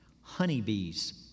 honeybees